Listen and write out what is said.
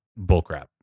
bullcrap